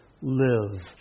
live